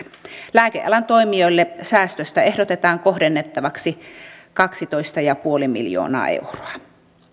lääkealan toimijoille säästöstä ehdotetaan kohdennettavaksi kaksitoista pilkku viisi miljoonaa euroa